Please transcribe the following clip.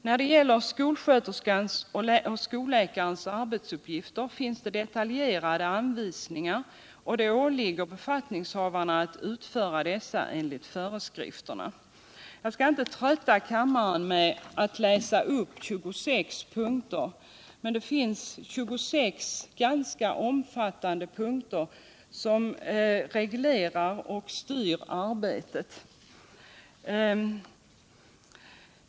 När det gäller skolsköterskans och skolläkarens arbetsuppgifter finns det detaljerade anvisningar, och det åligger befattningshavarna att utföra arbetet enligt föreskrifterna. Jag skall inte trötta kammaren med att läsa upp 26 punkter, men det finns så många, ganska omfattande punkter som reglerar och styr arbetet.